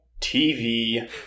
TV